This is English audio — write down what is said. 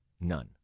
None